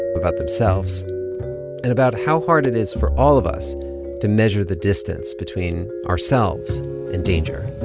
about themselves, and about how hard it is for all of us to measure the distance between ourselves and danger.